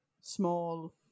small